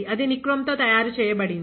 అది నిక్రోమ్ తో తయారు చేయబడింది